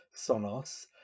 Sonos